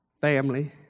family